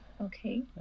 Okay